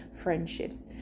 friendships